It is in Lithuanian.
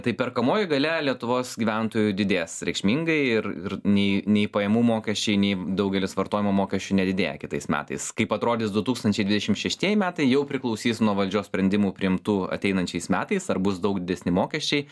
tai perkamoji galia lietuvos gyventojų didės reikšmingai ir ir nei nei pajamų mokesčiai nei daugelis vartojimo mokesčių nedidėja kitais metais kaip atrodys du tūkstančiai dvidešim šeštieji metai jau priklausys nuo valdžios sprendimų priimtų ateinančiais metais ar bus daug didesni mokesčiai